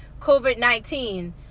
COVID-19